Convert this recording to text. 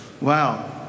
Wow